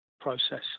process